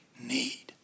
need